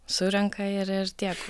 surenka ir ir tiek